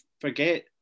forget